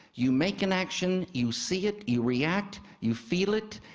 you make an action, you see it, you react, you feel it,